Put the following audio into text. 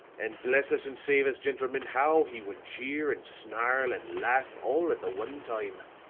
and bless us and save us, gentlemen, how he would jeer and snarl and laugh all at the one time.